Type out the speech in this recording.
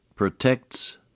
protects